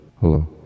hello